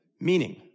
Meaning